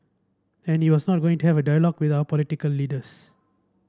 and he was not going to have a dialogue with our political leaders